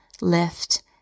lift